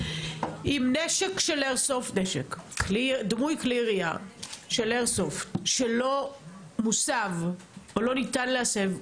עם דמוי כלי ירייה של איירסופט שלא מוסב או לא ניתן להסב,